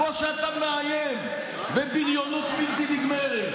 כמו שאתה מאיים בבריונות בלתי נגמרת.